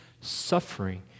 suffering